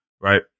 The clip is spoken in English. right